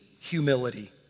humility